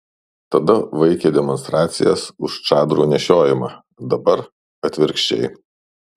tada vaikė demonstracijas už čadrų nešiojimą dabar atvirkščiai